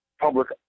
public